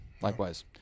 Likewise